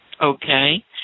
Okay